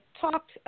talked